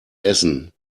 essen